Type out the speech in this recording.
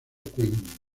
queen